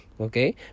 okay